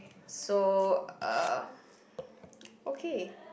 so uh okay